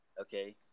Okay